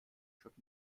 schutt